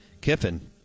Kiffin